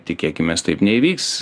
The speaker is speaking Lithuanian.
tikėkimės taip neįvyks